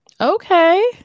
Okay